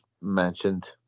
mentioned